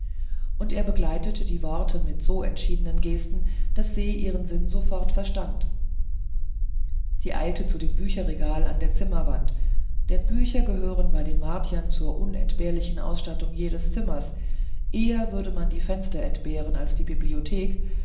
und er begleitete die worte mit so entschiedenen gesten daß se ihren sinn sofort verstand sie eilte zu dem bücherregal an der zimmerwand denn bücher gehören bei den martiern zur unentbehrlichen ausstattung jedes zimmers eher würde man die fenster entbehren als die bibliothek